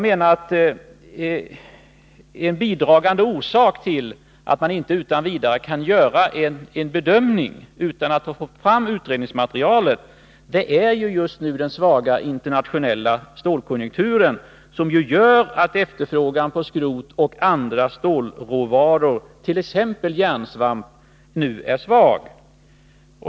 En bidragande orsak till att man inte utan vidare kan göra en bedömning utan att ha fått fram utredningsmaterialet är den svaga internationella stålkonjunkturen, som innebär att efterfrågan på skrot och andra stålråvaror, t.ex. järnsvamp, nu är svag.